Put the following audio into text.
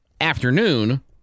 afternoon